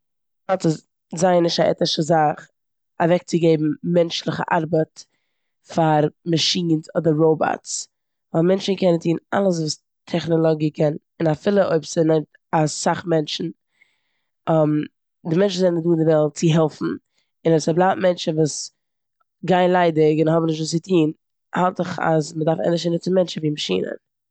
כ'האלט ס'איז זייער נישט א עטישע זאך אוועקצוגעבן מענטשליכע ארבעט פאר מאשינס אדער ראבאטס ווייל מענטשן קענען טון אלעס וואס טעכנאלאגיע קען און אפילו אויב ס'נעמט אסאך מענטשן. די מענטשן זענען דא אויף די וועלט צו העלפן און אויב ס'בלייבט מענטשן וואס גייען ליידיג און האבן נישט וואס צו טון האלט איך אז מ'דארף ענדערש נוצן מענטשן ווי מאשין.